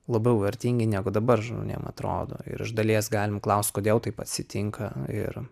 labiau vertingi negu dabar žmonėm atrodo ir iš dalies galim klaust kodėl taip atsitinka ir